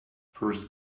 first